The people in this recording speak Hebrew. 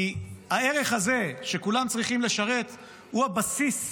כי הערך הזה שכולם צריכים לשרת הוא הבסיס,